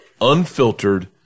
unfiltered